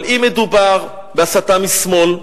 אבל אם מדובר בהסתה משמאל,